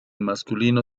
masculino